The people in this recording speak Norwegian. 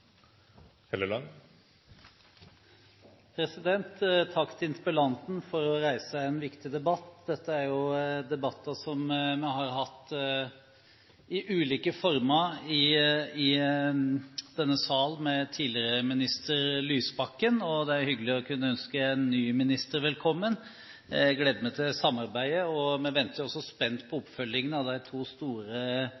hatt i ulike former i denne sal med tidligere minister Lysbakken, og det er hyggelig å kunne ønske en ny minister velkommen. Jeg gleder meg til samarbeidet, og vi venter jo også spent på